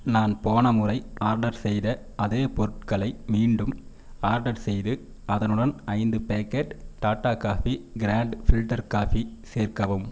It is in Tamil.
நான் போன முறை ஆர்டர் செய்த அதே பொருட்களை மீண்டும் ஆர்டர் செய்து அதனுடன் ஐந்து packet Tata coffee grand filter coffee சேர்க்கவும்